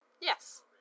Yes